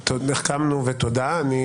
החכמנו, תודה על כך.